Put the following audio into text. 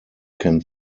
can